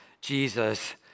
Jesus